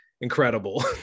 incredible